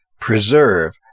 preserve